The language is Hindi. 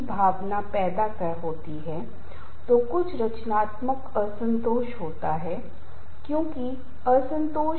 संगठनात्मक कारक जैसे कार्य की मांग भूमिका की मांग अंतर व्यक्तिगत मांग संगठनात्मक मांग संगठनात्मक संरचना नेतृत्व अनुसूची दबाव और समय दबाव भी तनाव का कारण बनता है